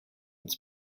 its